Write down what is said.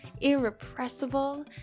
irrepressible